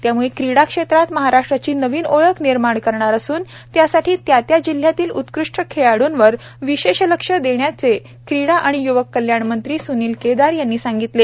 त्याम्ळे क्रीडा क्षेत्रात महाराष्ट्राची नवी ओळख निर्माण करणार असून त्यासाठी त्या त्या जिल्ह्यातील उत्कृष्ट खेळाडूंवर विशेष लक्ष देण्याचे क्रीडा व य्वक कल्याण मंत्री स्नील केदार यांनी सांगितले